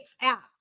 app